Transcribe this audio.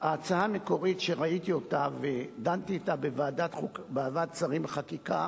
ההצעה המקורית שראיתי ודנו עליה בוועדת שרים לחקיקה